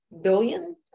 billion